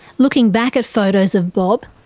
looking back at photos of bob,